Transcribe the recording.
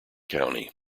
county